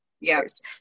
Yes